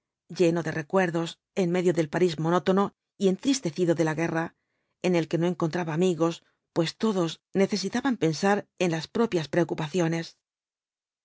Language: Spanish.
lleno de recuerdos en medio del parís monótono y entristecido de la guerra en el que no encontraba amigos pues todos necesitaban pensar en las propias preocupaciones